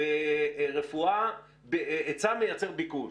ברפואה היצע מייצר ביקוש,